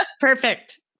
Perfect